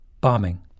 Bombing